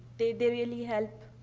they they really help,